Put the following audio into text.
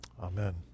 amen